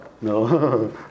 no